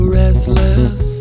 restless